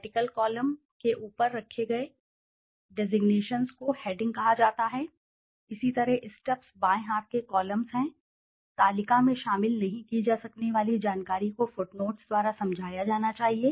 vertical columns के ऊपर रखे गए डेसिगनेशंसको हेडिंग कहा जाता है इसी तरह स्टब्स बाएं हाथ के कॉलम्स हैं तालिका में शामिल नहीं की जा सकने वाली जानकारी को फ़ुटनोट्स द्वारा समझाया जाना चाहिए